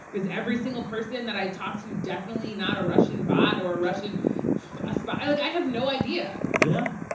is every single person that i talked to definitely not a russian bot or a russian ah spy? like, i have no idea yeah.